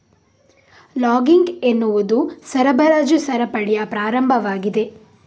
logging ಎನ್ನುವುದು ಸರಬರಾಜು ಸರಪಳಿಯ ಪ್ರಾರಂಭವಾಗಿದೆ